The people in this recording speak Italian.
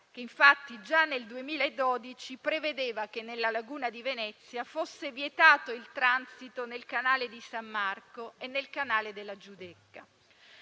Clini-Passera già nel 2012 prevedeva che, nella laguna di Venezia, fosse vietato il transito nel canale di San Marco e nel canale della Giudecca.